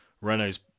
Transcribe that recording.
Renault's